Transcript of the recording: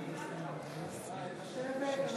ההצעה: הצורך בהקמת ועדת חקירה פרלמנטרית בנושא